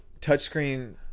touchscreen